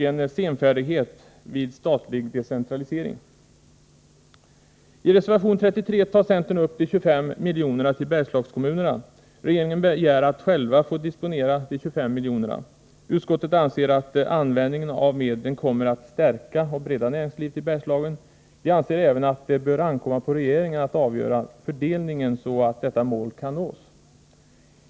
I reservation 33 tar centern upp de 25 miljonerna till Bergslagskommunerna. Regeringen begär att själv få disponera de 25 miljonerna. Utskottet anser att användningen av medlen kommer att stärka och bredda näringslivet i Bergslagen. Man anser även att det bör ankomma på regeringen att avgöra fördelningen så att detta mål kan nås.